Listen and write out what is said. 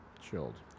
chilled